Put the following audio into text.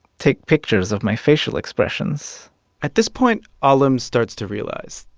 take pictures of my facial expressions at this point, alim starts to realize,